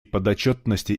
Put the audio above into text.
подотчетности